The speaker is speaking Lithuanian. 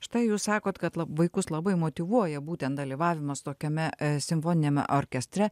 štai jūs sakot kad la vaikus labai motyvuoja būtent dalyvavimas tokiame simfoniniame orkestre